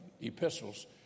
epistles